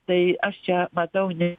tai aš čia matau ne